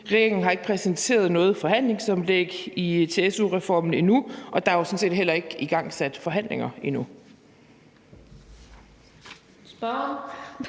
Regeringen har ikke præsenteret noget forhandlingsoplæg til su-reformen endnu, og der er jo sådan set heller ikke igangsat forhandlinger endnu.